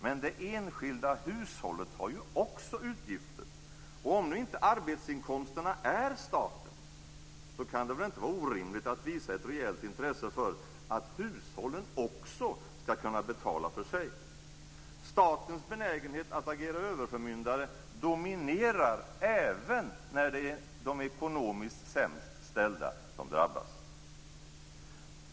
Men det enskilda hushållet har också utgifter, och om nu inte arbetsinkomsterna är statens, så kan det väl inte vara orimligt att visa ett rejält intresse för att hushållen också skall kunna betala för sig. Statens benägenhet att agera överförmyndare dominerar även när det är de ekonomiskt sämst ställda som drabbas.